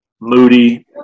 Moody